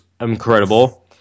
incredible